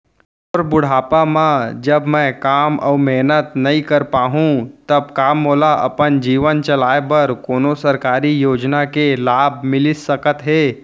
मोर बुढ़ापा मा जब मैं काम अऊ मेहनत नई कर पाहू तब का मोला अपन जीवन चलाए बर कोनो सरकारी योजना के लाभ मिलिस सकत हे?